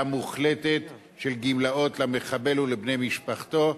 מוחלטת של גמלאות למחבל ולבני משפחתו.